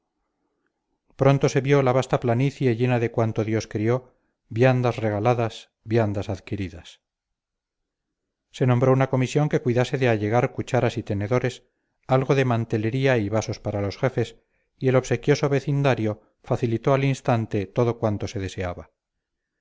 pronto se vio la vasta planicie llena de cuanto dios crió viandas regaladas viandas adquiridas se nombró una comisión que cuidase de allegar cucharas y tenedores algo de mantelería y vasos para los jefes y el obsequioso vecindario facilitó al instante todo cuanto se deseaba